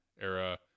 era